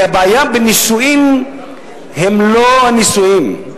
כי הבעיה בנישואים היא לא הנישואים.